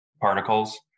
particles